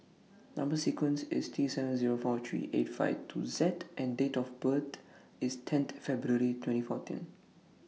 Number sequence IS T seven Zero four three eight five two Z and Date of birth IS tenth February twenty fourteen